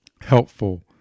helpful